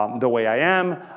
um the way i am,